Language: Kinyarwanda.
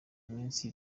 iminsi